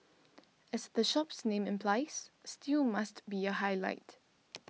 as the shop's name implies stew must be a highlight